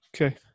Okay